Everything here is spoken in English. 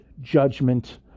judgment